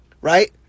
Right